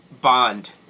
bond